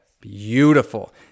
Beautiful